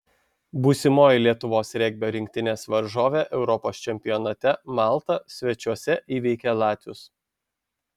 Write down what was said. būsimoji lietuvos regbio rinktinės varžovė europos čempionate malta svečiuose įveikė latvius